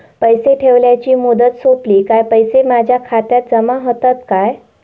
पैसे ठेवल्याची मुदत सोपली काय पैसे माझ्या खात्यात जमा होतात काय?